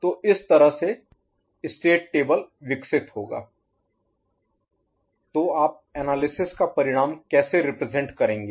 तो इस तरह से स्टेट टेबल विकसित होगा तो आप एनालिसिस का परिणाम कैसे रिप्रजेंट करेंगे